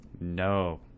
No